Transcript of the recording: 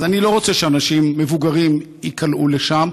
אז אני לא רוצה שאנשים מבוגרים ייקלעו לשם,